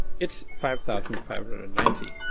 it's five thousand five hundred and ninety.